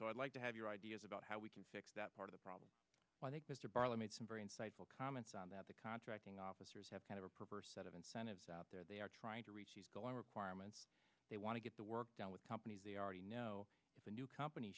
so i'd like to have your ideas about how we can fix that part of the problem i think mr barlow made some very insightful comments on that the contracting officers have kind of a perverse set of incentives out there they are trying to reach he's going requirements they want to get the work done with companies they already know the new company